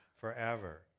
forever